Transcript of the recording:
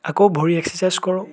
আকৌ ভৰিৰ এক্সাৰচাইছ কৰোঁ